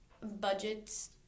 budgets